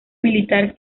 militar